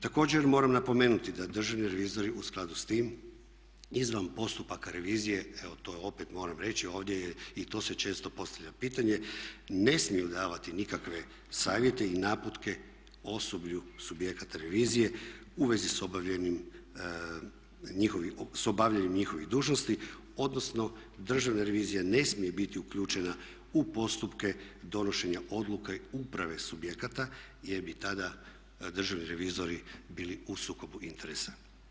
Također, moram napomenuti da državni revizori u skladu s tim izvan postupaka revizije evo to opet moram reći ovdje se i to često postavlja pitanje ne smiju davati nikakve savjete i naputke osoblju subjekata revizije u vezi s obavljanjem njihovih dužnosti odnosno Državna revizija ne smije biti uključena u postupke donošenja odluka uprave subjekata jer bi tada državni revizori bili u sukobu interesa.